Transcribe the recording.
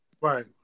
Right